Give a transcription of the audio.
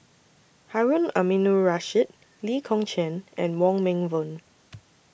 Harun Aminurrashid Lee Kong Chian and Wong Meng Voon